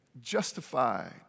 Justified